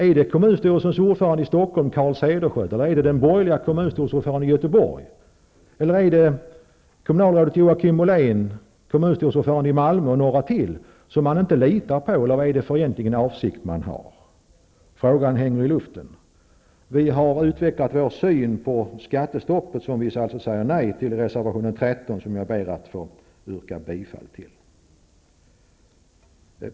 Är det kommunstyrelsens ordförande i Stockholm Carl Cederschiöld, den borgerliga kommunstyrelseordföranden i Göteborg eller kommunalrådet Joakim Ollén, kommunstyrelseordförande i Malmö och några till som man inte litar på? Vilken avsikt har man egentligen? Frågan hänger i luften. Vi har utvecklat vår syn på skattestoppet, vilket vi alltså säger nej till i reservation 13, som jag ber att få yrka bifall till.